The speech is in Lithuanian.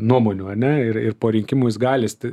nuomonių ane ir ir po rinkimų jis gali sti